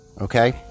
Okay